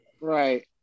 Right